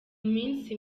minsi